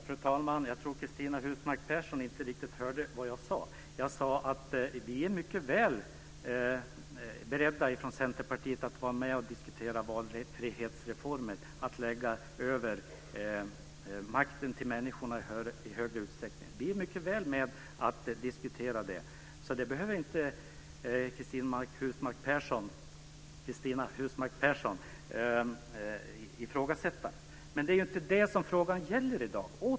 Fru talman! Jag tror att Cristina Husmark Pehrsson inte riktigt hörde vad jag sade. Jag sade att vi är mycket väl beredda från Centerpartiet att vara med och diskutera valfrihetsreformen att lägga över makten till människorna i högre utsträckning. Vi är mycket gärna med och diskuterar det, så det behöver inte Cristina Husmark Pehrsson ifrågasätta. Det är dock inte detta som frågan gäller i dag.